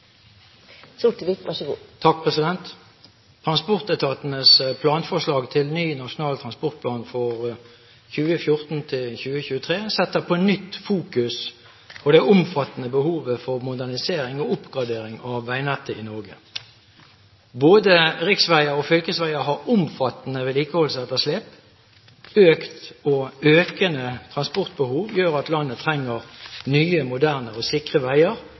moglegheit til å gå nøyare inn i desse sakene. «Transportetatenes planforslag til ny Nasjonal transportplan for 2014–2023 setter på nytt fokus på det omfattende behovet for modernisering og oppgradering av veinettet i Norge. Både riksveier og fylkesveier har omfattende vedlikeholdsetterslep. Økt og økende transportbehov gjør at landet trenger nye moderne og sikre